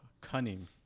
Cunning